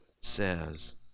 says